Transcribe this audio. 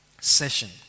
session